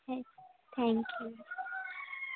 تھیک تھیک جی یو